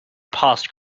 past